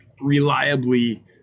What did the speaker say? reliably